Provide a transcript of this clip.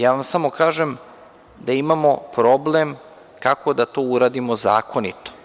Ja vam samo kažem da imamo problem kako da to uradimo zakonito.